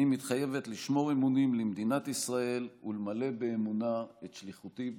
אני מתחייבת לשמור אמונים למדינת ישראל ולמלא באמונה את שליחותי בכנסת.